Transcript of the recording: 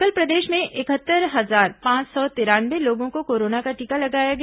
कल प्रदेश में इकहत्तर हजार पांच सौ तिरानवे लोगों को कोरोना का टीका लगाया गया